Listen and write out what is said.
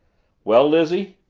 well, lizzie?